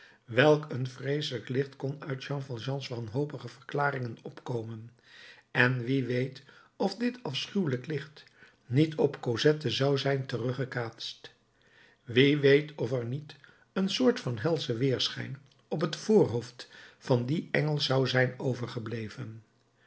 welk een vreeselijk licht kon uit jean valjeans wanhopige verklaringen opkomen en wie weet of dit afschuwelijk licht niet op cosette zou zijn teruggekaatst wie weet of er niet een soort van helschen weerschijn op t voorhoofd van dien engel zou zijn overgebleven